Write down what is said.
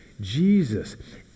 Jesus